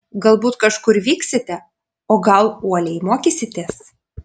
galbūt kažkur vyksite o gal uoliai mokysitės